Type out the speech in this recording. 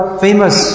famous